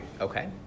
Okay